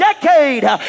decade